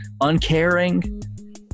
uncaring